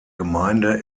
gemeinde